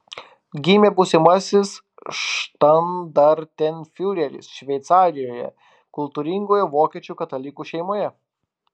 gimė būsimasis štandartenfiureris šveicarijoje kultūringoje vokiečių katalikų šeimoje